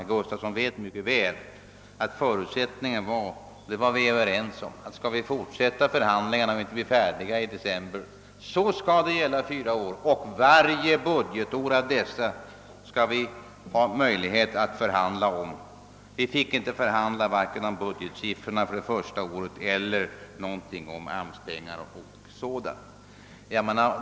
Herr Gustafsson vet mycket väl att förutsättningen för att förhandlingarna skulle fortsätta, om de inte var slutförda i december, var att uppgörelsen skulle gälla fyra år och att vi skulle få förhandla om vart och ett av dessa budgetår. Vi fick varken förhandla om budgetsiffrorna för det första året eller om AMS-medlen osv.